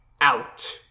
out